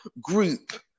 group